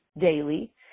daily